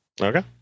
Okay